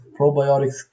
probiotics